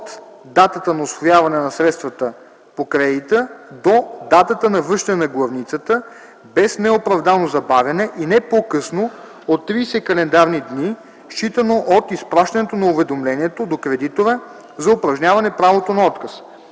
от датата на усвояване на средства по кредита до датата на връщане на главницата, без неоправдано забавяне и не по-късно от 30 календарни дни, считано от изпращането на уведомлението до кредитора за упражняване правото на отказ.